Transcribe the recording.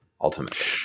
ultimately